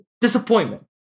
disappointment